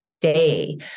day